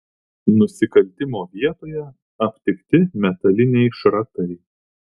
nusikaltimo vietoje aptikti metaliniai šratai